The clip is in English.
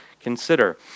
consider